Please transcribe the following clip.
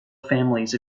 families